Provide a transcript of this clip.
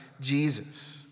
Jesus